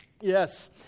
Yes